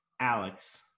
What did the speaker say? Alex